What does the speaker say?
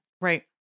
Right